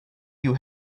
you